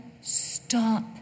stop